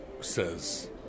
says